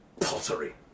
Pottery